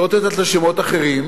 לא רוצה לתת לה שמות אחרים.